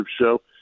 show